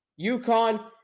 UConn